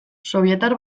sobietar